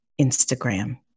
Instagram